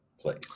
place